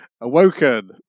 awoken